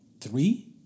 Three